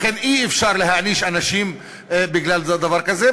לכן אי-אפשר להעניש אנשים בגלל דבר כזה,